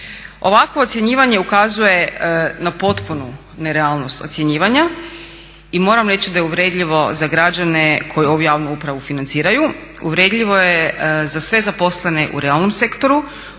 Ovakvo ocjenjivanje ukazuje na potpunu nerealnost ocjenjivanja i moram reći da je uvredljivo za građane koji ovu javnu upravu financiraju, uvredljivo je za sve zaposlene u realnom sektoru,